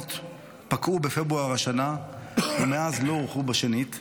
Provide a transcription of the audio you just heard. התקנות פקעו בפברואר השנה ומאז לא הוארכו בשנית.